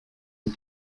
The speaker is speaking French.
est